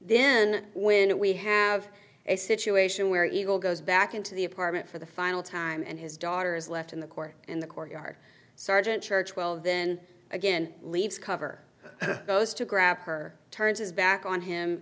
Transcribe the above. then when we have a situation where eagle goes back into the apartment for the final time and his daughter is left in the court in the court yard sergeant churchwell then again leaves cover goes to grab her turns his back on him